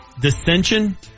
dissension